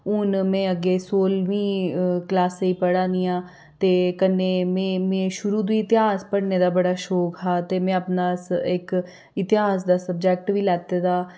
हून में अग्गें सोह्लमीं क्लासै पढ़ै नी आं ते कन्नै में में शुरु दी इतेहास पढ़ने दा बड़ा शौक हा ते में अपना इक इतेहास दा सब्जैक्ट बी लैते दा